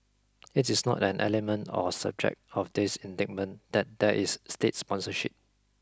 it is not an element or subject of this indictment that there is state sponsorship